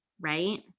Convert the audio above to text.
right